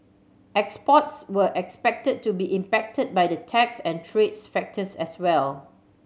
exports were expected to be impacted by the tax and trades factors as well